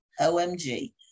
OMG